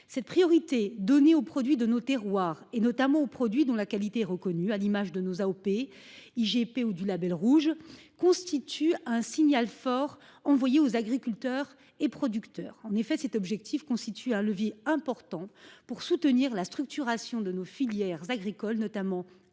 Cette priorité donnée aux produits de nos terroirs et notamment aux produits dont la qualité reconnue à l'image de nos AOP IGP ou du Label Rouge, constitue un signal fort envoyé aux agriculteurs et producteurs en effet cet objectif constitue un levier important pour soutenir la structuration de nos filières agricoles notamment agro-